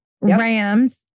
Rams